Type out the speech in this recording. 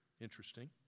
Interesting